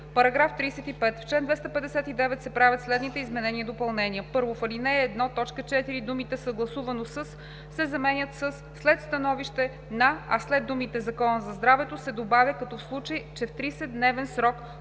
§ 35: „§ 35. В чл. 259 се правят следните изменения и допълнения: 1. В ал. 1, т. 4 думите „съгласувано със“ се заменят със „след становище на“, а след думите „Закона за здравето“ се добавя „като в случай че в 30-дневен срок